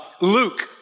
Luke